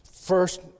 First